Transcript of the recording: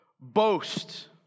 boast